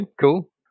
cool